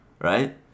right